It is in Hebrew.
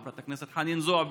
חברת הכנסת חנין זועבי,